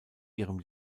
ihrem